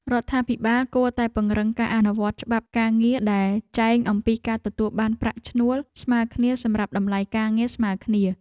រដ្ឋាភិបាលគួរតែពង្រឹងការអនុវត្តច្បាប់ការងារដែលចែងអំពីការទទួលបានប្រាក់ឈ្នួលស្មើគ្នាសម្រាប់តម្លៃការងារស្មើគ្នា។